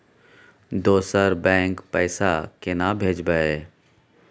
दोसर बैंक पैसा केना भेजबै?